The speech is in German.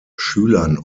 schülern